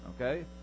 okay